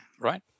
right